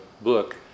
book